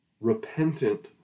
repentant